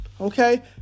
Okay